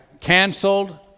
canceled